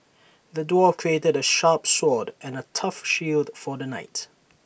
the dwarf crafted A sharp sword and A tough shield for the knight